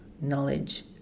knowledge